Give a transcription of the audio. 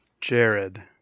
Jared